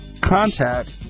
Contact